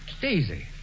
Daisy